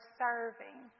serving